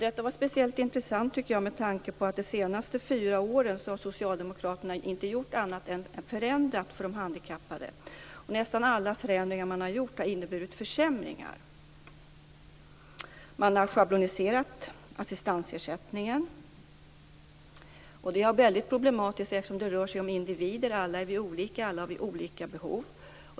Detta var speciellt intressant, tycker jag, med tanke på att Socialdemokraterna de senaste fyra åren inte har gjort annat än att förändra för de handikappade. Och nästan alla förändringar man har genomfört har inneburit försämringar. Man har schabloniserat assistansersättningen. Det är väldigt problematiskt eftersom det rör sig om individer. Alla är vi olika och alla har vi olika behov.